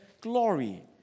glory